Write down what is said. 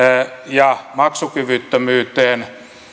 ja maksukyvyttömyyteen